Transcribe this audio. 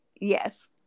Yes